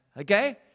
Okay